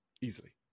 Easily